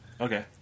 Okay